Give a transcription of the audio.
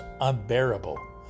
unbearable